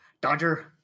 Dodger